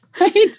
Right